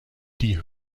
die